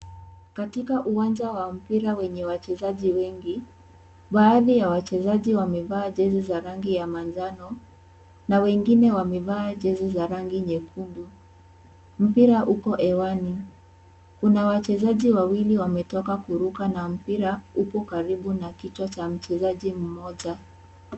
Katika uwanja wa mpira wenye wachezaji wengi, baadhi ya wachezaji wamevaa jezi za rangi ya manjano, na wengine wamevaa jezi za rangi nyekundu. Mpira uko hewani. Kuna wachezaji wawili wametoka kuruka na mpira huku karibu na kichwa cha mchezaji mmoja.